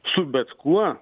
su bet kuo